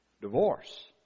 divorce